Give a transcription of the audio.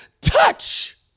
touch